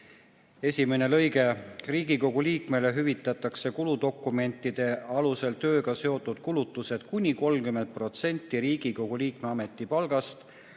"(1) Riigikogu liikmele hüvitatakse kuludokumentide alusel tööga seotud kulutused kuni 30% Riigikogu liikme ametipalgast